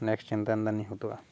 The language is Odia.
ନେକ୍ସଟ୍ ଚିନ୍ତା